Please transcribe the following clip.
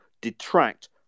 detract